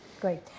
Great